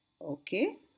Okay